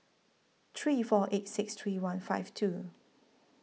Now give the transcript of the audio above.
three four eight six three one five two